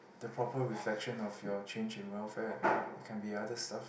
the proper reflection of your change in welfare it can be other stuff